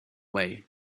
way